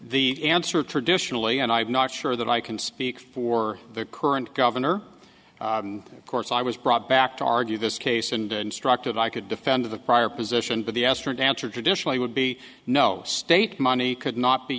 the answer traditionally and i'm not sure that i can speak for the current governor of course i was brought back to argue this case and instructed i could defend the prior position but the asteroid answer traditionally would be no state money could not be